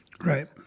Right